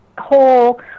whole